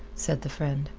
said the friend,